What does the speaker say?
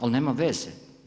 Ali, nema veze.